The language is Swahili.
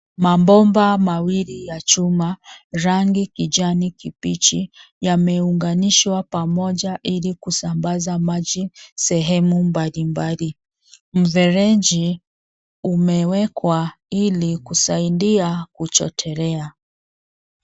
Mabomba mawili ya chuma, rangi kijani kibichi, yameunganishwa pamoja ili kusambaza maji sehemu mbali mbali. Mfereji umewekwa ili kusaidia kuchotelea.